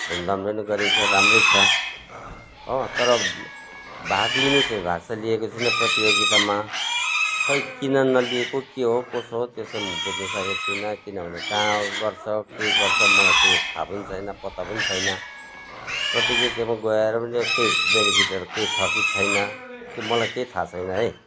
धुमधामले ने गरिन्छ राम्रै छ हो तर भाग लिनु चाहिँ भाग चाहिँ लिएको छुइनँ प्रतियोगितामा खोइ किन नलिएको के हो कसो हो त्यो चाहिँ म बुझ्नु सकेको छुइनँ किनभने कहाँ गर्छ के गर्छ मलाई के थाह पनि छैन पत्तो पनि छैन प्रतियोगितामा गएर पनि के बेनिफिटहरू केही छ कि छैन त्यो मलाई केही थाह छैन है